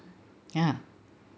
!huh!